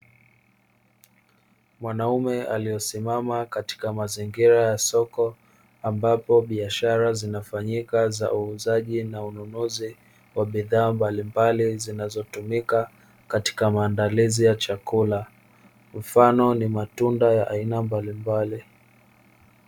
Mwanaume aliyesimama katika mazingira ya soko. Ambapo biashara zinafanyika za uuzaji na ununuzi wa bidhaa mbalimbali, zinazotumika katika maandalizi ya chakula, mfano ni matunda ya aina mbalimbali.